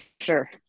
sure